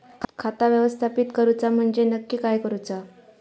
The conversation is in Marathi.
खाता व्यवस्थापित करूचा म्हणजे नक्की काय करूचा?